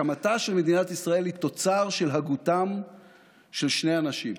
הקמתה של מדינת ישראל היא תוצר של הגותם של שני אנשים: